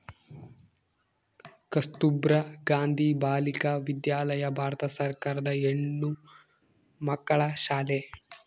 ಕಸ್ತುರ್ಭ ಗಾಂಧಿ ಬಾಲಿಕ ವಿದ್ಯಾಲಯ ಭಾರತ ಸರ್ಕಾರದ ಹೆಣ್ಣುಮಕ್ಕಳ ಶಾಲೆ